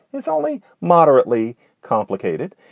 it's only moderately complicated.